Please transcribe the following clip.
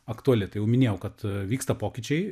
aktuali tai jau minėjau kad vyksta pokyčiai